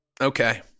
okay